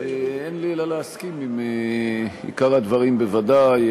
אין לי אלא להסכים עם עיקר הדברים בוודאי,